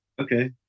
okay